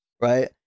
right